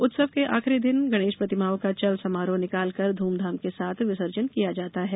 उत्सव के आखरी दिन गणेश प्रतिमाओं का चल समारोह निकालकर धूम धाम के साथ विसर्जन किया जाता है